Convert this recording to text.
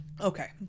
Okay